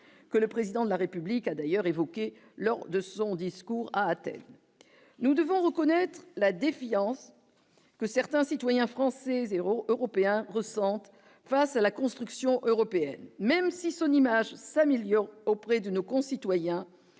que le président de la République a d'ailleurs évoqué lors de son discours à Athènes, nous devons reconnaître la défiance que certains citoyens français 0 européens ressentent face à la construction européenne, même si son image s'améliore auprès de nos concitoyens,